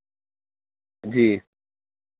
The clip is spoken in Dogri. जी